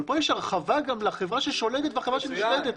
אבל פה יש הרחבה גם לחברה ששולטת ולחברה שנשלטת.